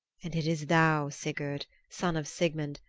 and it is thou, sigurd, son of sigmund,